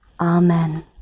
Amen